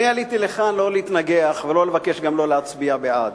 אני עליתי לכאן לא להתנגח וגם לא לבקש לא להצביע בעד.